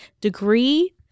degree